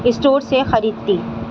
store سے خریدتی